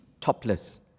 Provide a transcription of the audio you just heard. topless